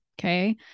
Okay